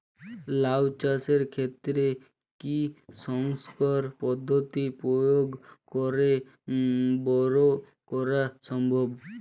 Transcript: লাও চাষের ক্ষেত্রে কি সংকর পদ্ধতি প্রয়োগ করে বরো করা সম্ভব?